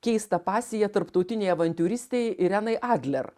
keistą pasiją tarptautinei avantiūristei irenai adler